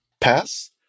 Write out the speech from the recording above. pass